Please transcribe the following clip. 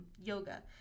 yoga